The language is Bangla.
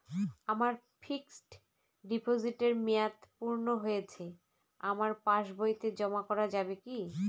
আমার ফিক্সট ডিপোজিটের মেয়াদ পূর্ণ হয়েছে আমার পাস বইতে জমা করা যাবে কি?